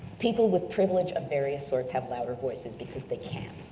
people with privilege of various sorts have louder voices because they can,